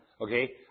Okay